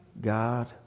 God